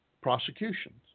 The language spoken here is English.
prosecutions